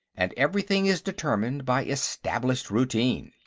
and everything is determined by established routine.